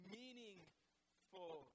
meaningful